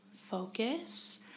focus